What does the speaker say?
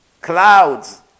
Clouds